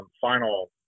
final